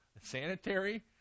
sanitary